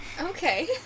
Okay